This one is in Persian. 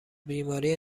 بیماری